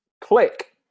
click